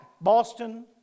Boston